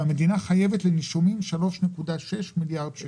והמדינה חייבת לנישומים 3.6 מיליארד שקל.